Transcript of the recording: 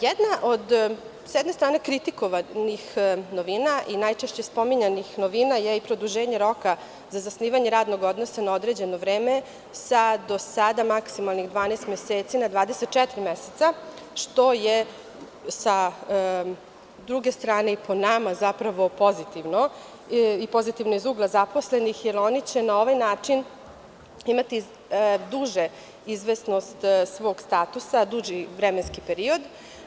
Jedna od, s jedne strane, kritikovanih novina i najčešće spominjanih novina je i produženje roka za zasnivanje radnog odnosa na određeno vreme sa do sada maksimalnih 12 meseci na 24 meseca, što je sa druge strane i po nama zapravo pozitivno i pozitivno iz ugla zaposlenih, jer oni će na ovaj način imati duže izvesnosti svog statusa, duži vremenski period.